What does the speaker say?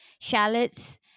shallots